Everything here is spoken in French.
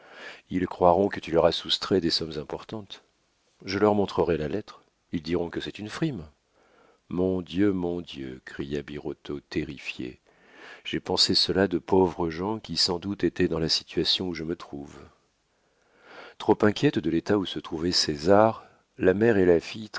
ils croiront que tu leur as soustrait des sommes importantes je leur montrerai la lettre ils diront que c'est une frime mon dieu mon dieu cria birotteau terrifié j'ai pensé cela de pauvres gens qui sans doute étaient dans la situation où je me trouve trop inquiètes de l'état où se trouvait césar la mère et la fille